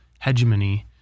hegemony